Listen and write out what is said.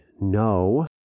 no